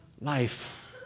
life